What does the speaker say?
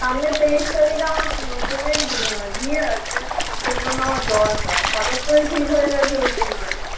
সামনে তেইশ তারিখ আমার বোনের বিয়ে আছে সেই জন্য আমার দরকার হঠাৎ করে ঠিক হয়ে গেছে ওই জন্য আর কি